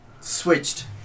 switched